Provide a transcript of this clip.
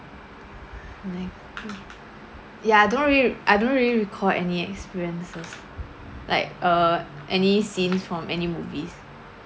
like ya I don't really I don't really recall any experiences like uh any scenes from any movies